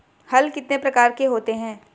हल कितने प्रकार के होते हैं?